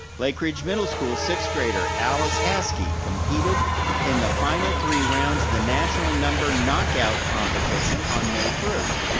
lake ridge middle school sixth grader alice haskey competed in the final three rounds of the national number knock-out competition on may first.